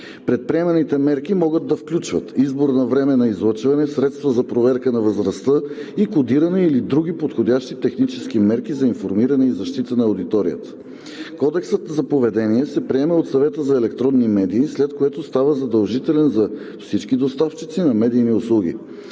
Предприеманите мерки могат да включват: избор на време на излъчване, средства за проверка на възрастта и кодиране или други подходящи технически мерки за информиране и защита на аудиторията. Кодексът за поведение се приема от Съвета за електронни медии, след което става задължителен за всички доставчици на медийни услуги.